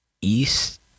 East